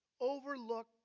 overlook